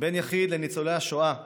בן יחיד לניצולי השואה שמואל,